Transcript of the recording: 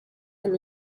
and